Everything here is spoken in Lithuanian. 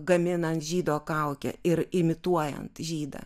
gaminant žydo kaukę ir imituojant žydą